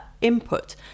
input